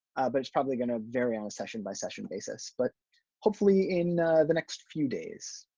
but it's probably going to vary on a session-by-session basis. but hopefully in the next few days.